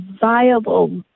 viable